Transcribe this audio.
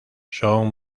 son